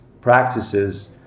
practices